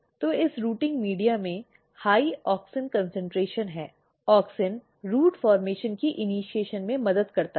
तो इस rooting media में उच्च ऑक्सिन कॉन्सन्ट्रेशन है ऑक्सिन रूट गठन की इनीशिएशन में मदद करता है